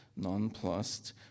nonplussed